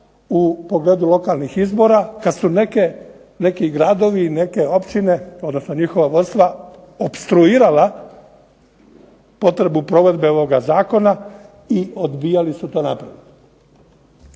u pogledu lokalnih izbora kad su neki gradovi, neke općine odnosno njihova vodstva opstruirala potrebu provedbe ovoga Zakona i odbijali su to napraviti.